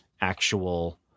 actual